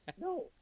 No